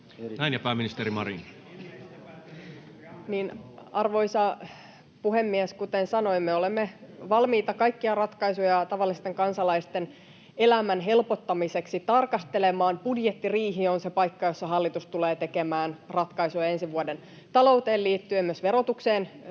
haluaa vastata!] Arvoisa puhemies! Kuten sanoin, me olemme valmiita kaikkia ratkaisuja tavallisten kansalaisten elämän helpottamiseksi tarkastelemaan. Budjettiriihi on se paikka, jossa hallitus tulee tekemään ratkaisuja ensi vuoden talouteen liittyen, ja myös verotukseen liittyen